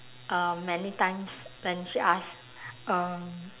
uh many times when she ask um